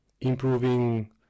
improving